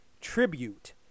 tribute